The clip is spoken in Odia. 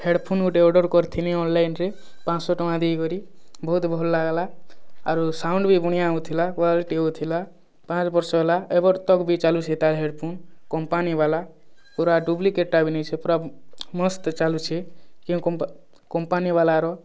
ହେଡ଼ଫୋନ୍ ଗୋଟେ ଅର୍ଡ଼ର୍ କରିଥିଲି ଅନଲାଇନ୍ରେ ପାଞ୍ଚଶହ ଟଙ୍କା ଦେଇକରି ବହୁତ ଭଲ୍ ଲାଗଲା ଆରୁ ସାଉଣ୍ଡ ବି ବଣିହା ହୋଉଥିଲା ଥିଲା ପାର ବର୍ଷ ହେଲା ଏବର୍ତକ ବି ଚାଲୁଛି ତା' ହେଡ଼ଫୋନ୍ କମ୍ପାନୀ ଵାଲା ପୁରା ଡୁପ୍ଳିକେଟ୍ ଟା ବୋଲି ବି ନାଇଁ ସେ ପୁରା ମସ୍ତ ଚାଲୁଛେ କେଉଁ କମ୍ପା କମ୍ପାନୀ ଵାଲାର